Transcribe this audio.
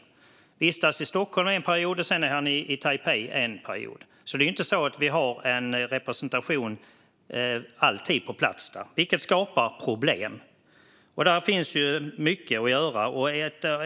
Han vistas i Stockholm en period, sedan är han i Taipei en period. Det är alltså inte så att vi alltid har en representation på plats där. Det skapar problem. Det finns mycket att göra där.